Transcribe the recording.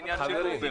העניין של "אובר".